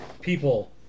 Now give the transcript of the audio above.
people